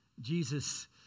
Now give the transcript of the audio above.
Jesus